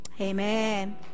Amen